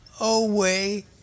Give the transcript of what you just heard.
away